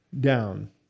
down